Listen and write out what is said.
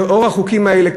לנוכח החוקים האלה,